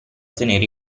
tenere